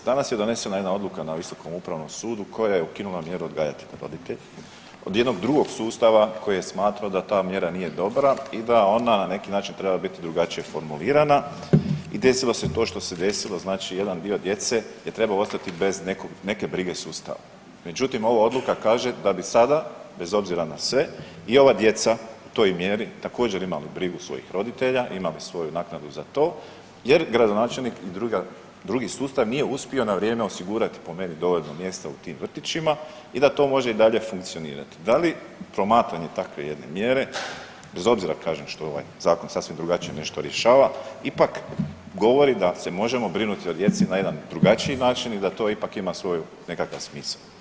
Danas je donesena jedna odluka na visokom upravnom sudu koja je ukinula mjeru odgajatelj roditelj od jednog drugog sustava koji je smatrao da ta mjera nije dobra i da ona na neki način treba biti drugačije formulirana i desilo se to što se desilo znači jedan dio djece je trebao ostati bez neke brige sustava, međutim ova odluka kaže da bi sada bez obzira na sve i ova djeca u toj mjeri također imali brigu svojih roditelja, imali svoju naknadu za to jer gradonačelnik i drugi sustav nije uspio na vrijeme osigurati po meni dovoljno mjesta u tim vrtićima i da to može i dalje funkcionirati, da li promatranje takve jedne mjere bez obzira kažem što ovaj zakon sasvim drugačije nešto rješava ipak govori da se možemo brinuti o djeci na jedan drugačiji način i da to ipak ima svoj nekakav smisao.